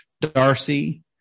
Darcy